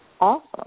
Awesome